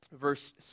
verse